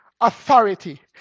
authority